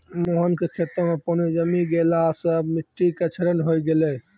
मोहन के खेतो मॅ पानी जमी गेला सॅ मिट्टी के क्षरण होय गेलै